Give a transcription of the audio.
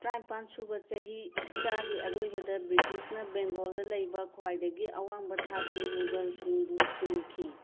ꯇꯔꯥꯅꯤꯄꯥꯟ ꯁꯨꯕ ꯆꯍꯤ ꯆꯥꯒꯤ ꯑꯔꯣꯏꯕꯗ ꯕ꯭ꯔꯤꯇꯤꯁꯅ ꯕꯦꯡꯒꯣꯜꯗ ꯂꯩꯕ ꯈ꯭ꯋꯥꯏꯗꯒꯤ ꯑꯋꯥꯡꯕ ꯊꯥꯛꯀꯤ ꯃꯨꯒꯜꯁꯤꯡꯕꯨ ꯁꯤꯟꯈꯤ